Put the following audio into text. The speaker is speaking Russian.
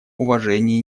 уважении